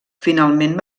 finalment